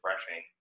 refreshing